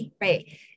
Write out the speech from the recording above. right